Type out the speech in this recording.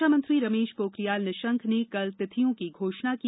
शिक्षामंत्री रमेश पोखरियाल निशंक ने कल की तिथियों की घोषणा की